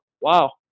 wow